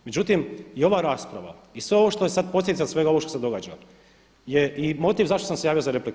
Međutim, i ova rasprava i sve ovo što je sad posljedica svega ovoga što se događa je i motiv zašto sam se javio za repliku.